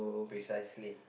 precisely